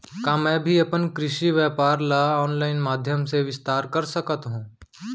का मैं भी अपन कृषि व्यापार ल ऑनलाइन माधयम से विस्तार कर सकत हो?